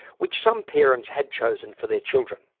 which some parents had chosen for their children.